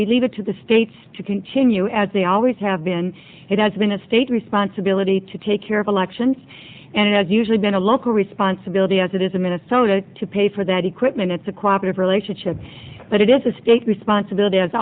we leave it to the states to continue as they always have been it has been a state responsibility to take care of elections and it has usually been a local responsibility as it is of minnesota to pay for that equipment it's a cooperate relationship but it is a state responsibility as